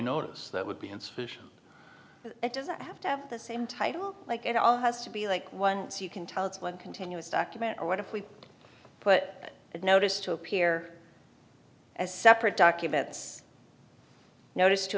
notice that would be insufficient it doesn't have to have the same title like it all has to be like once you can tell it's one continuous document or what if we put it notice to appear as separate documents notice to